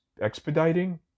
expediting